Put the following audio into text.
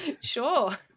Sure